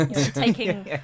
Taking